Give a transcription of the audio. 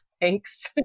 Thanks